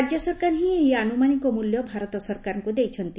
ରାଜ୍ୟ ସରକାର ହି ଏହି ଆନୁମାନିକ ମୂଲ୍ୟ ଭାରତ ସରକାରଙ୍କୁ ଦେଇଛନ୍ତି